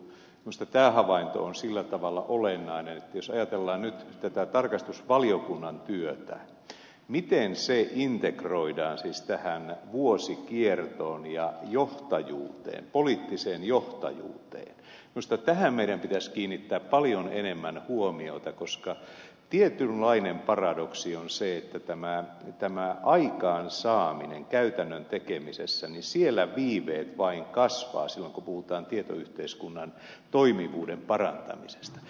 minusta tämä havainto on sillä tavalla olennainen että jos ajatellaan nyt tätä tarkastusvaliokunnan työtä miten se integroidaan siis tähän vuosikiertoon ja johtajuuteen poliittiseen johtajuuteen niin minusta tähän meidän pitäisi kiinnittää paljon enemmän huomiota koska tietynlainen paradoksi on se että tässä aikaansaamisessa käytännön tekemisessä viiveet vain kasvavat silloin kun puhutaan tietoyhteiskunnan toimivuuden parantamisesta